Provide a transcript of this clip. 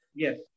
Yes